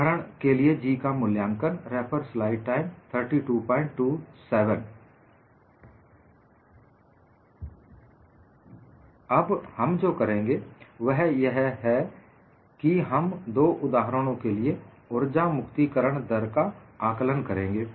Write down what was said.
उदाहरण के लिए G का मूल्यांकन अब हम जो करेंगे वह यह कि हम दो उदाहरणों के लिए ऊर्जा मुक्ति करण दर का आकलन करेंगे